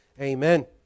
Amen